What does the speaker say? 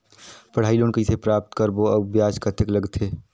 पढ़ाई लोन कइसे प्राप्त करबो अउ ब्याज कतेक लगथे?